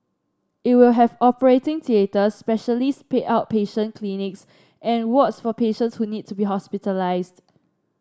it will have operating theatres specialist pay outpatient clinics and wards for patients who needs to be hospitalised